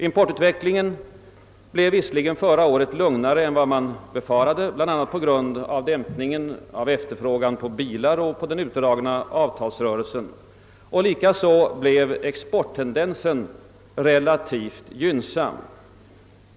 Importutvecklingen blev visserligen förra året lugnare än vad som befarats, bl.a. på grund av dämpningen av efterfrågan på bilar och den utdragna avtalsrörelsen. Likaså blev exporttendensen relativt gynnsam.